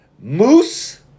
Moose